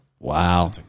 Wow